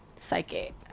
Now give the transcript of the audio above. psychic